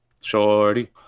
Shorty